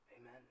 Amen